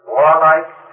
Warlike